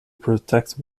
protect